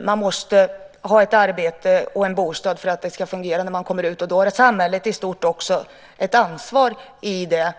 Man måste ha ett arbete och en bostad för att det ska fungera när man kommer ut. Då har samhället i stort naturligtvis ett ansvar i det.